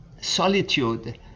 solitude